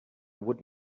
would